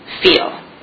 feel